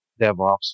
DevOps